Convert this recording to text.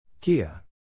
Kia